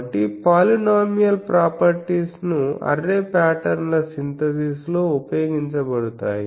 కాబట్టి polynomial properties ను array pattern ల సింథసిస్ లో ఉపయోగించబడుతాయి